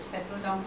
ya